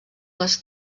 les